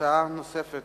הצעה אחרת